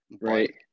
Right